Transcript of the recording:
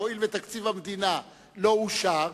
הואיל ותקציב המדינה לא אושר,